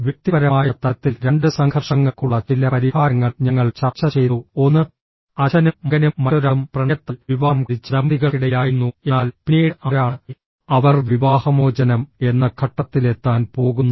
വ്യക്തിപരമായ തലത്തിൽ രണ്ട് സംഘർഷങ്ങൾക്കുള്ള ചില പരിഹാരങ്ങൾ ഞങ്ങൾ ചർച്ച ചെയ്തു ഒന്ന് അച്ഛനും മകനും മറ്റൊരാളും പ്രണയത്താൽ വിവാഹം കഴിച്ച ദമ്പതികൾക്കിടയിലായിരുന്നു എന്നാൽ പിന്നീട് ആരാണ് അവർ വിവാഹമോചനം എന്ന ഘട്ടത്തിലെത്താൻ പോകുന്നു